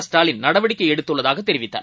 Stalin நடவடிக்கைஎடுத்துள்ளதாகதெரிவித்தார்